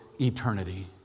eternity